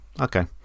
Okay